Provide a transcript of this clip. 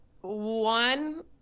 One